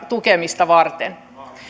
tukemista varten